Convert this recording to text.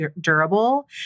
durable